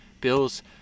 bill's